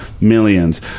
millions